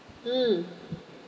mm